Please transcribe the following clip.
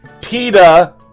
PETA